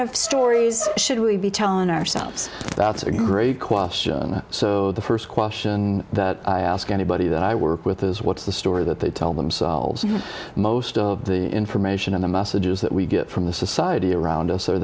of stories should we be telling ourselves that's a great question so the first question that i ask anybody that i work with is what's the story that they tell themselves most of the information and the messages that we get from the society around us